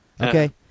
Okay